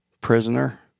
prisoner